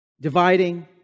dividing